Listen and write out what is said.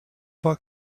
pas